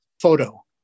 photo